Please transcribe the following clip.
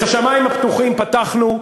את השמים הפתוחים, פתחנו.